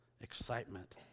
excitement